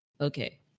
okay